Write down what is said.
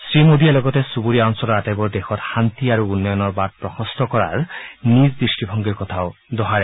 শ্ৰীমোডীয়ে লগতে চুবুৰীয়া অঞ্চলৰ আটাইবোৰ দেশত শান্তি আৰু উন্নয়নৰ বাট প্ৰশস্ত কৰাৰ নিজ দৃষ্টিভংগীৰ কথাও দোহাৰে